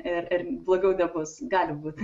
ir ir blogiau nebus gali būt